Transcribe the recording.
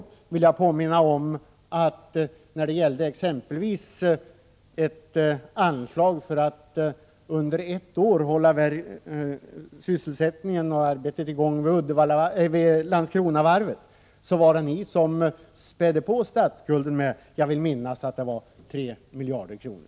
Jag vill påminna om att när det gällde exempelvis ett anslag för att under ett år hålla arbetet i gång vid Landskronavarvet, var det ni som spädde på statsskulden med, vill jag minnas, 3 miljarder kronor.